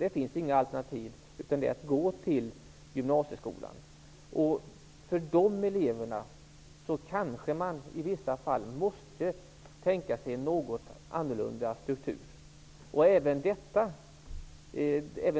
Det finns inget alternativ till gymnasieskolan. För de eleverna kanske man i vissa fall måste tänka sig en något annorlunda struktur. Även